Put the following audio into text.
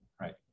right